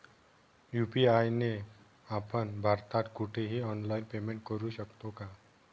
UPI ने आपण भारतात कुठेही ऑनलाईन पेमेंट करु शकतो का?